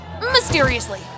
Mysteriously